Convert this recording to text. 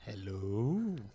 Hello